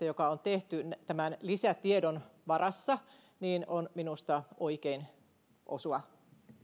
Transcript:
joka on tehty tämän lisätiedon varassa on minusta oikein osuva